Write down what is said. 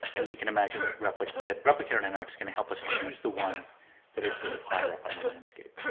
and then we can imagine that replic, that replicator dynamics are gonna help us choose the ones that are sort of higher up on the landscape.